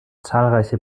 zahlreiche